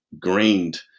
grained